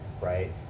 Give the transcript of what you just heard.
right